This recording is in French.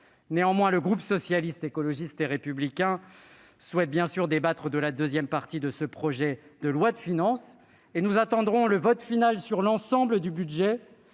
Néanmoins, le groupe Socialiste, Écologiste et Républicain souhaite débattre de la seconde partie de ce projet de loi de finances. Nous attendrons le vote final sur l'ensemble du budget